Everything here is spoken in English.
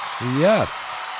Yes